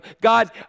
God